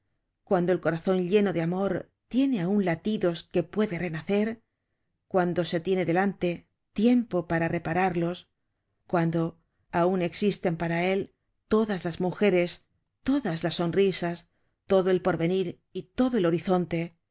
cuando el corazon lleno de amor tiene aun latidos que pueden renacer cuando se tiene delante tiempo para repararlos cuando aun existen para él todas las mujeres todas las sonrisas todo el porvenir y todo el horizonte